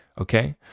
Okay